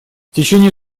течение